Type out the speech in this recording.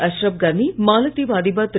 அஷ்ரப் கனி மாலத்தீவு அதிபர் திரு